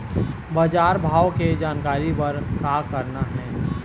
बजार भाव के जानकारी बर का करना हे?